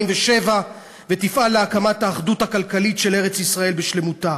ותפעל להקמת האחדות הכלכלית של ארץ-ישראל בשלמותה.